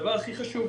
הדבר הכי חשוב,